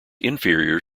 inferior